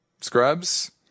scrubs